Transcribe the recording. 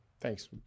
Thanks